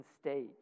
state